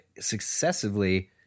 successively